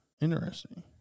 Interesting